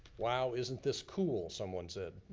wow, isn't this cool, someone said.